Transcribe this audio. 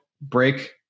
break